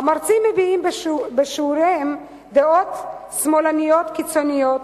המרצים מביעים בשיעוריהם דעות שמאלניות קיצוניות,